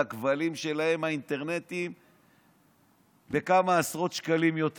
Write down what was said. הכבלים האינטרנטיים שלהם כמה עשרות שקלים יותר.